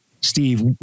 Steve